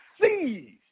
seized